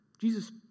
Jesus